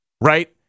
Right